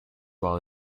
while